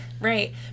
Right